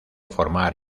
formar